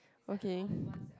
okay